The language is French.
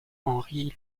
henri